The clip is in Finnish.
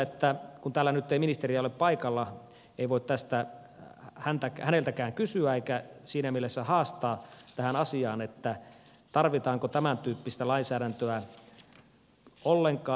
kun täällä nyt ei ministeriä ole paikalla ei voi tästä häneltäkään kysyä eikä häntä siinä mielessä haastaa tähän asiaan tarvitaanko tämän tyyppistä lainsäädäntöä ollenkaan